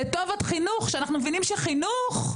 לטובת חינוך שאנחנו מבינים שחינוך,